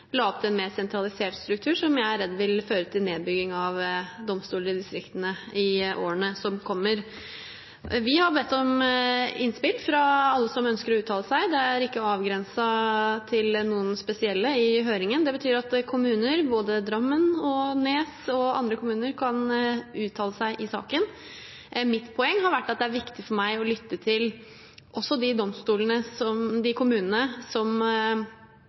la opp til en mer sentralisert struktur, som jeg er redd vil føre til nedbygging av domstoler i distriktene i årene som kommer. Vi har bedt om innspill fra alle som ønsker å uttale seg. Høringen er ikke avgrenset til noen spesielle. Det betyr at både Drammen, Nes og andre kommuner kan uttale seg i saken. Mitt poeng har vært at det er viktig for meg å lytte til også de kommunene som sokner til rettskretsen for de tidligere selvstendige domstolene, og ikke bare den kommunen som